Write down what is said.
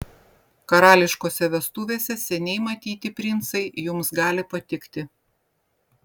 karališkose vestuvėse seniai matyti princai jums gali patikti